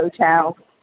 hotel